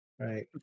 right